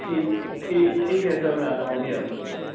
ٹھیک ٹھیک ٹھیک ہے سر میں آتا ہوں ابھی آتا ہوں میں